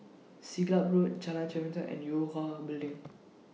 Siglap Road Jalan Chempedak and Yue Hwa Building